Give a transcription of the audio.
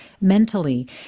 mentally